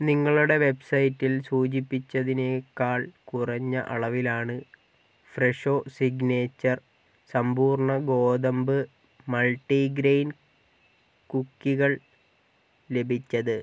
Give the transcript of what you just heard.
നിങ്ങളുടെ വെബ്സൈറ്റിൽ സൂചിപ്പിച്ചതിനേക്കാൾ കുറഞ്ഞ അളവിലാണ് ഫ്രെഷോ സിഗ്നേച്ചർ സമ്പൂർണ ഗോതമ്പ് മൾട്ടി ഗ്രെയിൻ കുക്കികൾ ലഭിച്ചത്